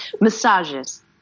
Massages